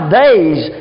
days